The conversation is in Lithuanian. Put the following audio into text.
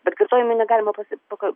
bet kartojime negalima pasi paka